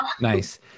nice